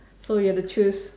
so you have to choose